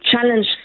challenge